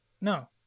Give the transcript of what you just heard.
No